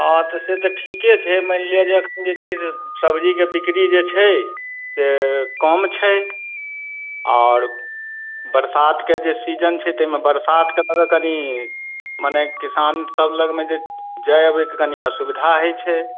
हँ तऽ से तऽ ठीके छै मानि लिअ जे एखन जे छै सब्जीके बिक्री जे छै से कम छै आओर बरसातके जे सीजन छै तैमे बरसातके लएके कनी मने किसान सब लगमे जे जाइ अबयके कनी असुविधा होइ छै